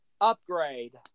upgrade